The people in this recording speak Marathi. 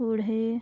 पुढे